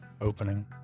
opening